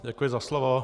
Děkuji za slovo.